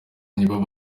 nibo